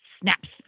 snaps